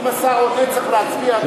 אם השר עונה, צריך כבר להצביע.